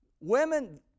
Women